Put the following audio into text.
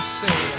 say